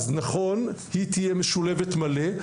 אז נכון היא תהיה משולבת מלא,